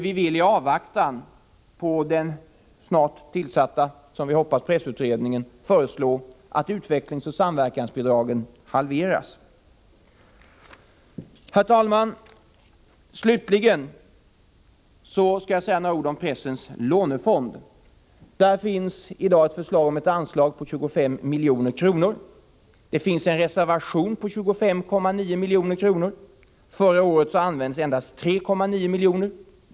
Vi vill i avvaktan på den, som vi hoppas, snart tillsatta pressutredningen föreslå att utvecklingsoch samverkansbidragen halveras. Slutligen, herr talman, skall jag säga några ord om pressens lånefond. Det finns i dag ett förslag om ett anslag på 25 milj.kr. Men 25,9 milj.kr. har reserverats från föregående budgetår, då endast 3,9 milj.kr. förbrukades.